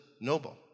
noble